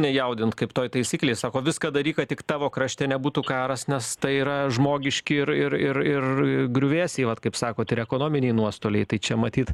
nejaudint kaip toj taisyklėj sako viską daryk kad tik tavo krašte nebūtų karas nes tai yra žmogiški ir ir ir ir griuvėsiai vat kaip sakot ir ekonominiai nuostoliai tai čia matyt